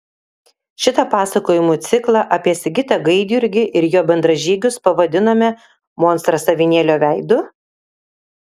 šitą pasakojimų ciklą apie sigitą gaidjurgį ir jo bendražygius pavadinome monstras avinėlio veidu